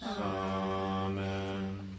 Amen